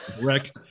wreck